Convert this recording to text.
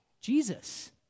Jesus